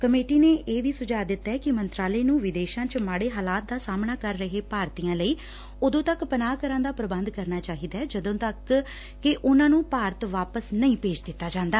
committee ਨੇ ਇਹ ਵੀ ਸੁਝਾਅ ਦਿੱਤੈ ਕਿ ਮੰਤਰਾਲੇ ਨੂੰ ਵਿਦਸ਼ਾਂ ਚ ਮਾਤੇ ਹਾਲਾਤ ਦਾ ਸਾਹਮਣਾ ਕਰ ਰਹੇ ਭਾਰਤੀਆਂ ਲਈ ਉਦੋਂ ਤੱਕ ਪਨਾਹ ਘਰਾਂ ਦਾ ਪ੍ਬੰਧ ਕਰਨਾ ਚਾਹੀਦੈ ਜਦੋਂ ਤੱਕ ਕਿ ਉਨ੍ਹਾ ਨੂੰ ਭਾਰਤ ਵਾਪਸ ਨਹੀਂ ਭੇਜ ਦਿੱਤਾ ਜਾਂਦਾ